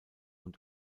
und